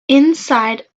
inside